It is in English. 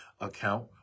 account